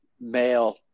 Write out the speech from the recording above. male